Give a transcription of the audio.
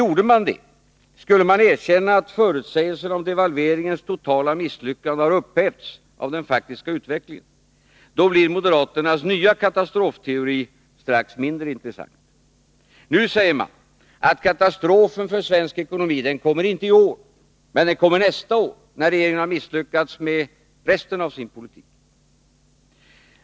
Om man skulle erkänna att förutsägelser om devalveringens misslyckande har upphävts av den faktiska utvecklingen, blir moderaternas nya katastrofteori strax mindre intressant. Nu säger man: Katastrofen för svensk ekonomi kommer inte i år, men den kommer nästa år, när regeringen har misslyckats med resten av sin politik.